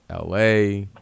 LA